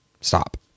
Stop